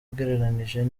ugereranije